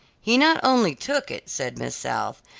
he not only took it, said miss south,